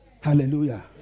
Hallelujah